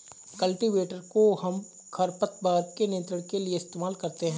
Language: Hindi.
कल्टीवेटर कोहम खरपतवार के नियंत्रण के लिए इस्तेमाल करते हैं